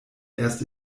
erst